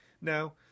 now